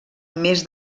més